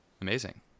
Amazing